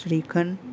shrikhand